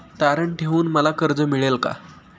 तारण ठेवून मला कर्ज मिळेल का?